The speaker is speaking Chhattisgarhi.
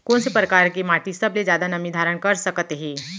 कोन से परकार के माटी सबले जादा नमी धारण कर सकत हे?